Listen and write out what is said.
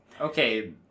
Okay